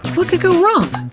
what could go wrong?